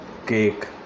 cake